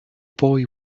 boy